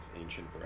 ancient